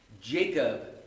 Jacob